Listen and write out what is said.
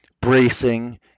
bracing